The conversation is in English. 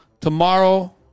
tomorrow